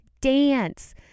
dance